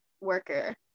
worker